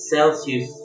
Celsius